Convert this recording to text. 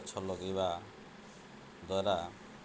ଗଛ ଲଗାଇବା ଦ୍ୱାରା